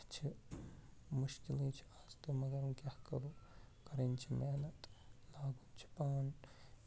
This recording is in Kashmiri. چھِ مُشکِلٕے چھِ آز تہٕ مگر ؤنۍ کیٛاہ کرو کَرٕنۍ چھِ محنت لَگُن چھِ پان